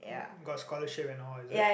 got scholarship and all is it